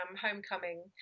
Homecoming